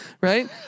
right